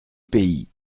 pays